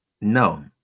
No